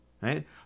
right